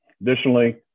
Additionally